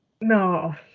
No